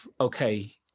okay